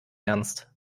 ernst